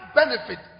benefit